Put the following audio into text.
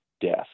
death